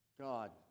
God